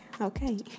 Okay